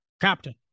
Captain